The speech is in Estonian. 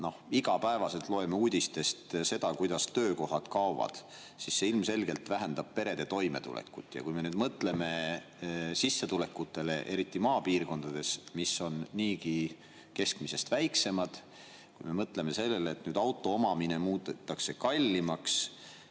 iga päev loeme uudistest seda, kuidas töökohad kaovad, siis see ilmselgelt vähendab perede toimetulekut. Kui me nüüd mõtleme sissetulekutele, eriti maapiirkondades, kus need on niigi keskmisest väiksemad, kui me mõtleme sellele, et auto omamine muudetakse kallimaks,